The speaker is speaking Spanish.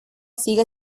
sigue